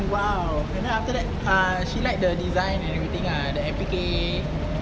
!wow! and then after that uh she like the design and everything ah the F_D_K